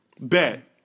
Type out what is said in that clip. Bet